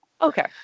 Okay